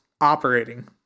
operating